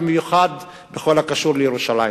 ובמיוחד בכל הקשור לירושלים.